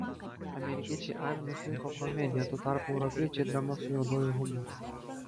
amerikiečiai avinus laiko komedija tuo tarpu europiečiai drama su juoduoju humoru